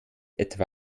etwa